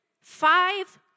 Five